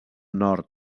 nord